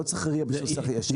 לא צריך RIA בשביל שכל ישר.